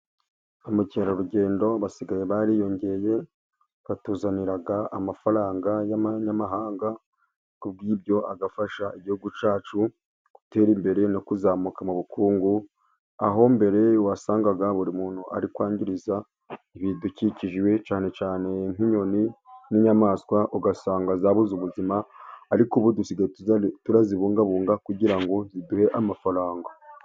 Ba mukerarugendo basigaye bariyongeye， batuzanira amafaranga y'amanyamahanga， kubw'ibyo， agafasha igihugu cyacu gutera imbere no kuzamuka mu bukungu. Aho mbere wasangaga buri muntu， ari kwanduriza ibidukikije， cyane cyane nk'inyoni n'inyamaswa， ugasanga zabuze ubuzima, ariko ubu dusigaye turazibungabunga， kugira ngo ziduhe amafaranga.